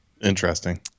interesting